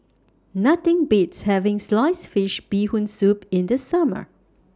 Nothing Beats having Sliced Fish Bee Hoon Soup in The Summer